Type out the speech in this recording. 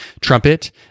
trumpet